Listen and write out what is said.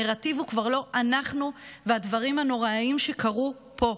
הנרטיב הוא כבר לא אנחנו והדברים הנוראיים שקרו פה,